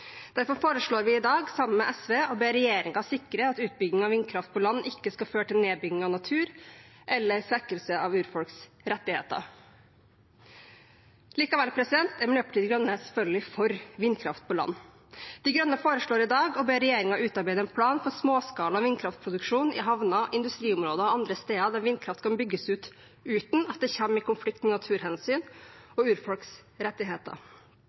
Derfor foreslår vi i dag, sammen med SV, å be regjeringen sikre at utbygging av vindkraft på land ikke skal føre til nedbygging av natur eller svekkelse av urfolks rettigheter. Likevel er Miljøpartiet De Grønne selvfølgelig for vindkraft på land. De Grønne foreslår i dag å be regjeringen utarbeide en plan for småskala vindkraftproduksjon i havner, industriområder og andre steder der vindkraft kan bygges ut uten at det kommer i konflikt med naturhensyn og urfolks rettigheter.